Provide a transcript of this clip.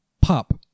pop